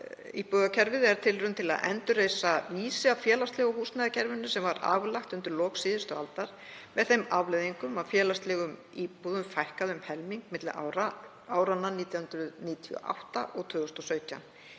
Íbúðakerfið er tilraun til að endurreisa vísi að félagslega húsnæðiskerfinu sem var aflagt undir lok síðustu aldar með þeim afleiðingum að félagslegum íbúðum fækkaði um helming milli áranna 1998 og 2017.